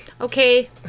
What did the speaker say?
Okay